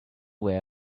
where